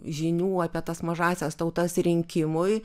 žinių apie tas mažąsias tautas rinkimui